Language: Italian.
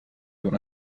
una